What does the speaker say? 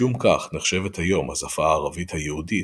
משום כך נחשבת היום השפה הערבית היהודית,